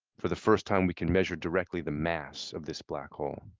for the first time, we can measure directly the mass of this black hole.